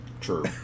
True